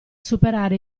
superare